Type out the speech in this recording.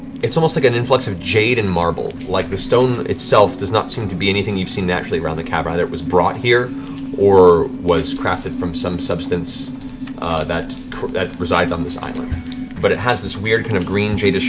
almost like an influx of jade and marble. like the stone itself does not seem to be anything you've seen naturally around the cavern either it was brought here or was crafted from some substance that resides on this island but it has this weird kind of green jade,